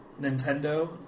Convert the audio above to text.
Nintendo